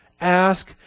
ask